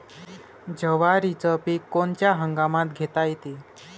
जवारीचं पीक कोनच्या हंगामात घेता येते?